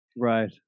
Right